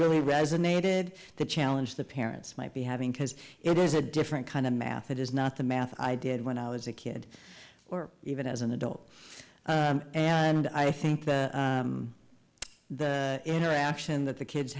really resonated the challenge the parents might be having because it is a different kind of math it is not the math i did when i was a kid or even as an adult and i think that the interaction that the kids